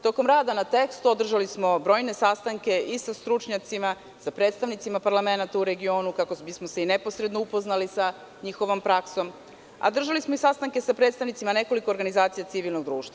Tokom rada na tekstu održali smo brojne sastanke i sa stručnjacima, sa predstavnicima parlamenata u regionu kako bismo se i neposredno upoznali sa njihovom praksom, a držali smo i sastanke sa predstavnicima nekoliko organizacija civilnog društva.